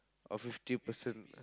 or fifty percent